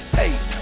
hey